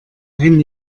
ein